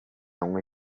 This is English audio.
only